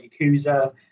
yakuza